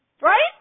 Right